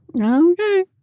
Okay